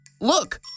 Look